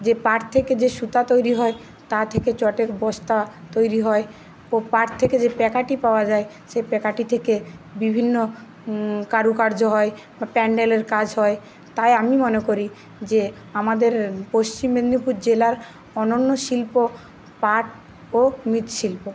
যে পাট থেকে যে সুতা তৈরি হয় তা থেকে চটের বস্তা তৈরি হয় ও পাট থেকে যে প্যাকাটি পাওয়া যায় সেই প্যাকাটি থেকে বিভিন্ন কারুকার্য হয় প্যান্ডেলের কাজ হয় তাই আমি মনে করি যে আমাদের পশ্চিম মেদনীপুর জেলার অনন্য শিল্প পাট ও মৃৎশিল্প